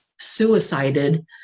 suicided